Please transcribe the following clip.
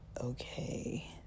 okay